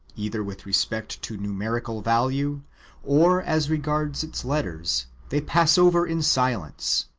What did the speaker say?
either with respect to numerical value or as regards its letters, they pass over in silence.